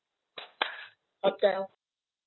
hotel